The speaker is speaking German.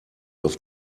auf